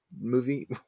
Movie